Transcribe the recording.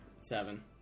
Seven